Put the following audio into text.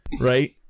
right